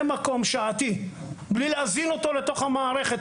מקום שעתי בלי להזין אותו לתוך המערכת,